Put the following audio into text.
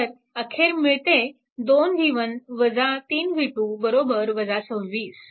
तर अखेर मिळते 2 v1 3 v2 26